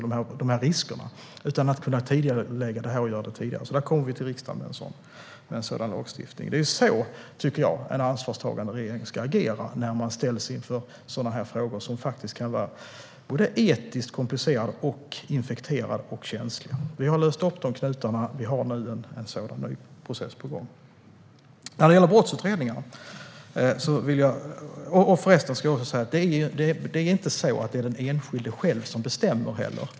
Förslaget handlar alltså om att tidigarelägga, och vi kommer till riksdagen med ett förslag om en sådan lagstiftning. Det är så, tycker jag, en ansvarstagande regering ska agera när man ställs inför sådana här frågor som faktiskt kan vara både etiskt komplicerade, infekterade och känsliga. Vi har löst upp knutarna och har nu en ny process på gång. Jag vill också säga att det inte är den enskilde själv som bestämmer.